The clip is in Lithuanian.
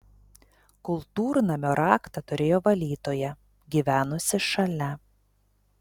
kultūrnamio raktą turėjo valytoja gyvenusi šalia